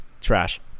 Trash